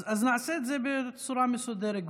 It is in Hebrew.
אז נעשה את זה בצורה מסודרת.